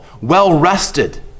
well-rested